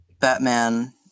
Batman